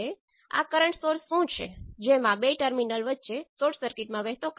અહીં શોર્ટ સર્કિટિંગને બદલે આપણે ઓપન સર્કિટ કરી રહ્યા છીએ